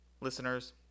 listeners